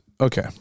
Okay